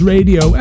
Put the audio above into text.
Radio